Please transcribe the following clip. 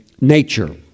nature